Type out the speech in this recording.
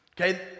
okay